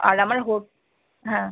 আর আমার হোট হ্যাঁ